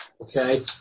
okay